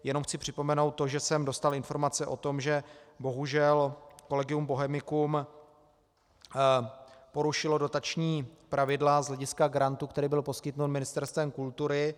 Jenom chci připomenout to, že jsem dostal informace o tom, že bohužel Collegium Bohemicum porušilo dotační pravidla z hlediska grantu, který byl poskytnut Ministerstvem kultury.